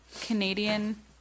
canadian